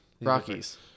Rockies